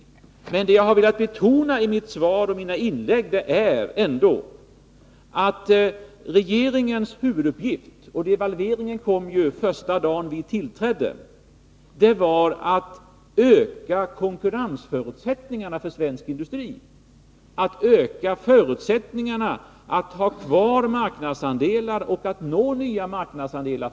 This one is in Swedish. Men det som jag har velat betona i mitt svar och i mina inlägg är ändå att regeringens huvuduppgift — och devalveringen kom ju första dagen vi tillträdde — var att öka konkurrensförutsättningarna för svensk industri, att öka förutsättningarna att ha kvar marknadsandelar och nå nya marknadsandelar.